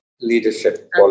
leadership